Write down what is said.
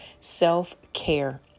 self-care